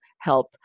help